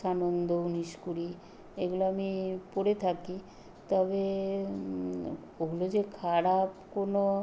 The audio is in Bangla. সানন্দা উনিশ কুড়ি এগুলো আমি পড়ে থাকি তবে ওগুলো যে খারাপ কোনো